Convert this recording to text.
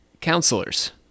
counselors